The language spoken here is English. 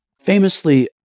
famously